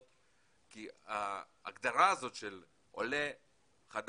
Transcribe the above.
בנושא הזה כי ההגדרה הזאת של עולה חדש,